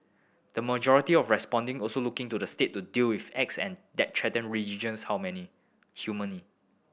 the majority of responding also looked to the State to deal with acts that threaten religious how many harmony